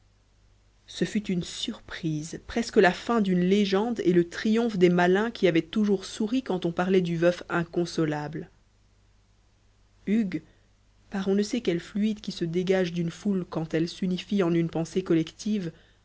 ce fut une surprise presque la fin d'une légende et le triomphe des malins qui avaient toujours souri quand on parlait du veuf inconsolable hugues par on ne sait quel fluide qui se dégage d'une foule quand elle s'unifie en une pensée collective